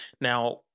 Now